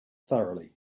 thoroughly